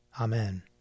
Amen